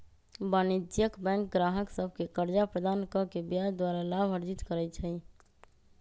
वाणिज्यिक बैंक गाहक सभके कर्जा प्रदान कऽ के ब्याज द्वारा लाभ अर्जित करइ छइ